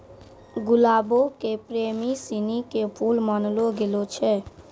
गुलाबो के प्रेमी सिनी के फुल मानलो गेलो छै